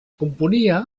componia